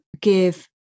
give